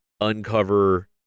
uncover